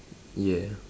yeah